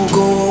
go